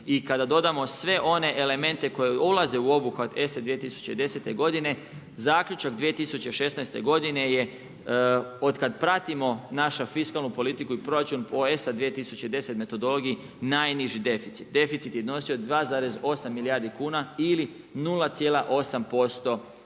i kada dodamo sve one elemente koji ulaze u obuhvat ESA 2010. godine zaključak 2016. godine je otkad pratimo našu fiskalnu politiku i proračun po ESA 2010. metodologiji najniži deficit, deficit je iznosio 2,8 milijardi kuna ili 0,8% BDP-a.